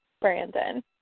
Brandon